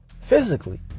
physically